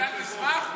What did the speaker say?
אתה תשמח?